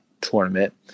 tournament